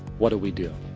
what do we do?